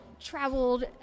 traveled